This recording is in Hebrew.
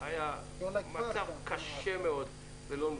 היה מצב קשה מאוד ולא נוצל.